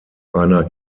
einer